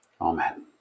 Amen